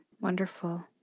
Wonderful